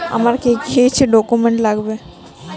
আমার কি কি ডকুমেন্ট লাগবে?